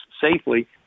safely